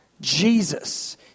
Jesus